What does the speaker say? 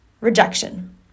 Rejection